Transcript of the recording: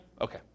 Okay